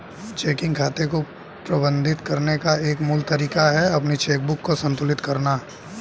checking खाते को प्रबंधित करने का एक मूल तरीका है अपनी चेकबुक को संतुलित करना